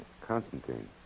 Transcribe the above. Constantine